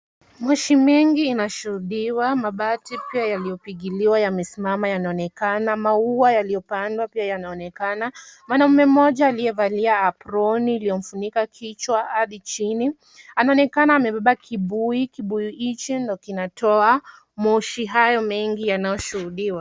Moshi mingi inashuhudiwa. Mabati iliyopigiliwa imesimama yanaonekana. Maua iliyopandwa pia yanaonekana. Mwanamme mmoja aliyevalia aproni iliyomfunika kichwa hadi chini anaonekana amebeba kibuyu, kibuyu hiki ndio kinatoa moshi hayo mengi yanayoshuhudiwa.